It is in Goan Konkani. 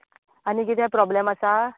आनी कितें प्रॉब्लेम आसा